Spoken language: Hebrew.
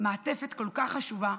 מעטפת כל כך חשובה,